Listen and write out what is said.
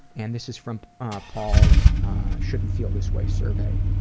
and this is from paul's shouldn't feel this way survey.